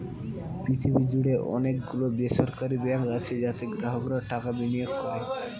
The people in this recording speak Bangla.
পৃথিবী জুড়ে অনেক গুলো বেসরকারি ব্যাঙ্ক আছে যাতে গ্রাহকরা টাকা বিনিয়োগ করে